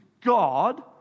God